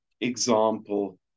example